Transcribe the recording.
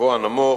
גבוה או נמוך,